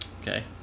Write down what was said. okay